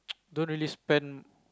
don't really spend